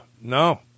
no